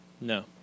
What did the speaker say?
no